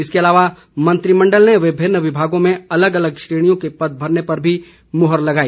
इसके अलावा मंत्रिमंडल ने विभिन्न विभागों में अलग अलग श्रेणियों के पद भरने पर भी मोहर लगाई